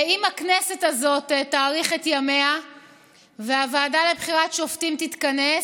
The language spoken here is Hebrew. אם הכנסת הזאת תאריך את ימיה והוועדה לבחירת שופטים תתכנס,